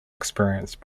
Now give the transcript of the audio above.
experience